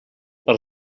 per